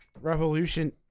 Revolution